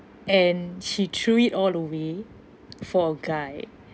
and she threw it all away for a guy